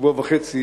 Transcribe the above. שבוע וחצי,